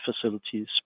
facilities